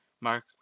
Mark